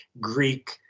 greek